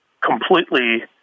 completely